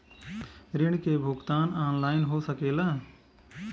ऋण के भुगतान ऑनलाइन हो सकेला?